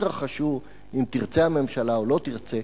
שתתרחש אם תרצה הממשלה או לא תרצה,